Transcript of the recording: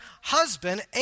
husband